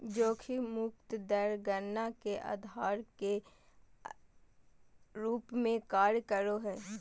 जोखिम मुक्त दर गणना के आधार के रूप में कार्य करो हइ